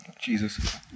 Jesus